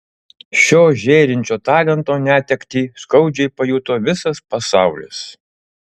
šio žėrinčio talento netektį skaudžiai pajuto visas pasaulis